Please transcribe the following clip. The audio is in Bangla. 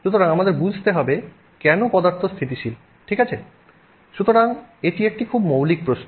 সুতরাং আমাদের বুঝতে হবে কেন পদার্থ স্থিতিশীল ঠিক আছে সুতরাং এটি একটি খুব মৌলিক প্রশ্ন